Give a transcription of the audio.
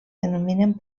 denominen